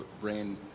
brain